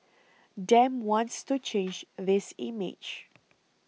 Dem wants to change this image